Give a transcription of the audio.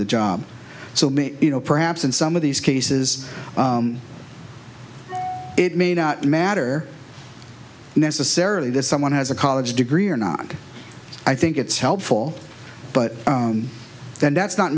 the job so maybe you know perhaps in some of these cases it may not matter necessarily that someone has a college degree or not i think it's helpful but then that's not